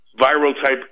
viral-type